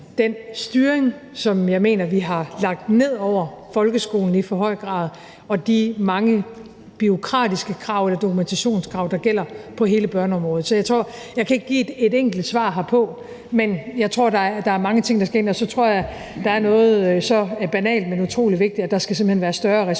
den styring, som jeg mener vi har lagt ned over folkeskolen i for høj grad, og de mange bureaukratiske krav eller dokumentationskrav, der gælder på hele børneområdet. Så jeg kan ikke give et enkelt svar herpå, men jeg tror, der er mange ting, der skal ind, og så tror jeg, der er noget så banalt, men utrolig vigtigt, som at der simpelt hen skal være en større respekt